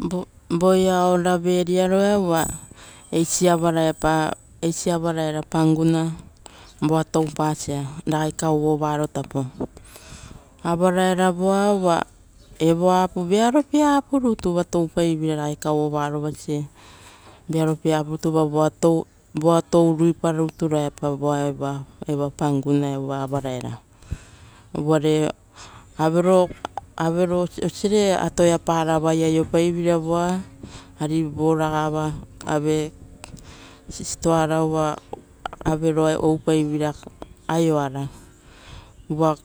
Vo vo ivao raveriaroia vuraro-ia uva eisi avaraepa, eisi avaraepa panguna voa toupasa ragai kauvaro tapo. Avaraera voa, uva evo hapu urui vearo-pie urui rutu uva toupaiveira ragai kauo arovasie-vearopie urui rutu uva roa tou, voa touriparaepa rutu-raepa voa evoa, evoa panguna uva avaraera. Uvare avero, avero osiare atoiaparavoi aiopaiveira voa ari voragava ave stoara uva avreoa oupaiveira aioara. Uva